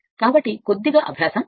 కాబట్టి కొద్దిగా అభ్యాసం అవసరం